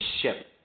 ship